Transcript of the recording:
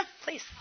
please